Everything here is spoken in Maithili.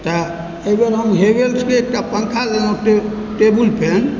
तऽ अइ बेर हम हेवल्सके एक टा पंखा लेलहुँ टे टेबल फैन